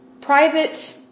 private